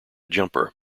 jumper